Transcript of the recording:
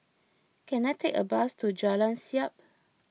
can I take a bus to Jalan Siap